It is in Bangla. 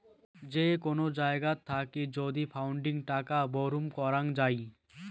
যে কোন জায়গাত থাকি যদি ফান্ডিং টাকা বুরুম করং যাই